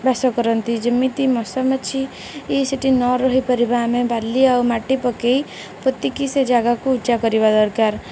ବାସ କରନ୍ତି ଯେମିତି ମଶ ମାଛି ସେଠି ନ ରହିପାରିବା ଆମେ ବାଲି ଆଉ ମାଟି ପକାଇ ପୋତିକରି ସେ ଜାଗାକୁ ଉଚ୍ଚା କରିବା ଦରକାର